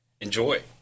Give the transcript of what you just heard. enjoy